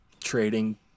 trading